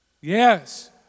Yes